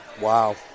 Wow